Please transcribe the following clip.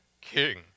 king